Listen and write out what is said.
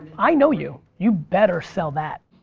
i know you. you better sell that.